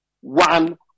one